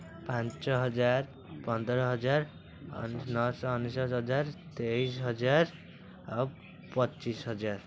ପାଞ୍ଚହଜାର ପନ୍ଦରହଜାର ନଅଶହ ଅନେଶତହଜାର ତେଇଶିହଜାର ଆଉ ପଚିଶିହଜାର